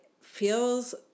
feels